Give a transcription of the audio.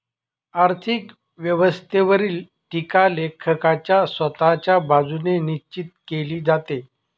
आर्थिक व्यवस्थेवरील टीका लेखकाच्या स्वतःच्या बाजूने निश्चित केली जाते